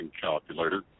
calculator